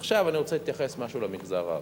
עכשיו, אני רוצה להתייחס במשהו למגזר הערבי,